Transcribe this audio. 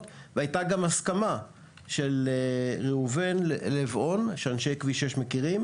והייתה גם הסכמה של ראובן לב און שאנשי כביש 6 מכירים